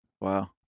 wow